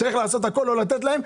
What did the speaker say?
וצריך לעשות הכל כדי לא לתת להם.